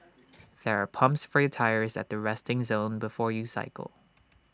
there are pumps for your tyres at the resting zone before you cycle